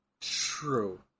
true